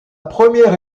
première